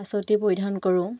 সাঁচতি পৰিধান কৰোঁ